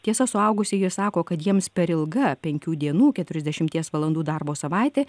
tiesa suaugusieji sako kad jiems per ilga penkių dienų keturiasdešimties valandų darbo savaitė